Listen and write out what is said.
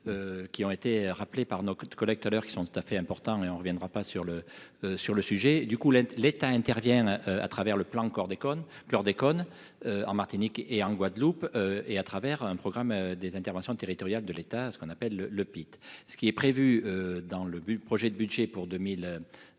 qui ont été rappelés par knock-out collecteur qui sont tout à fait important et on reviendra pas sur le sur le sujet du coup l'État intervienne à travers le plan encore déconne chlordécone en Martinique et en Guadeloupe et à travers un programme des interventions territoriale de l'État, ce qu'on appelle le le PIT, ce qui est prévu dans le but du projet de budget pour 2023,